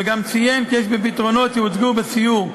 וגם ציין כי יש בפתרונות שהוצגו בסיור,